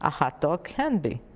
ah hot dog can be,